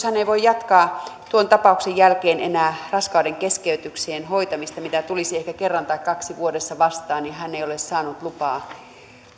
hän ei voi jatkaa tuon tapauksen jälkeen enää raskaudenkeskeytyksien hoitamista mitä tulisi ehkä kerran tai kaksi vuodessa vastaan ja hän ei ole saanut lupaa